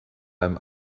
einem